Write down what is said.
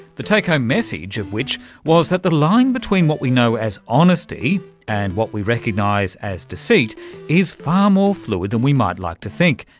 the take-home message of which was that the line between what we know as honesty and what we recognise as deceit is far more fluid than we might like to think,